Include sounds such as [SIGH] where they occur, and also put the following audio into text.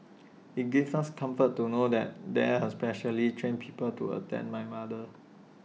[NOISE] IT gives us comfort to know that there has specially trained people to attend my mother